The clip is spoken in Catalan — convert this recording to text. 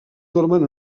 dormen